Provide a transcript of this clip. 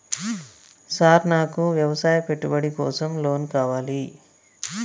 Sir నాకు వ్యవసాయ పెట్టుబడి కోసం లోన్ కావాలి?